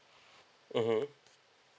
mmhmm